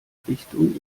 richtung